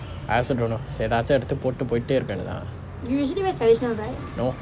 I also don't know so ஏதாச்சு எடுத்து போட்டு போயிட்டே இருப்பேன்:aethaachu eduthu pottu poyitten iruppen